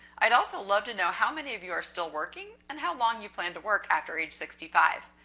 i'd also love to know how many of you are still working and how long you plan to work after age sixty five.